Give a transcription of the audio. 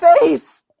face